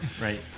right